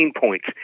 points